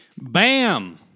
Bam